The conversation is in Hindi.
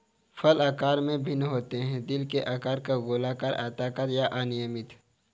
फल आकार में भिन्न होते हैं, दिल के आकार का, गोलाकार, आयताकार या अनियमित